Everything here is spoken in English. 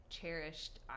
cherished